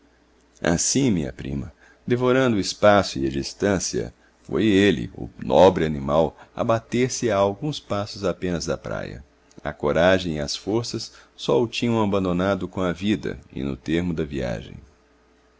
assim minha prima devorando o espaço e a distância foi ele o nobre animal abater se a alguns passos apenas da praia a coragem e as forças só o tinham abandonado com a vida e no termo da viagem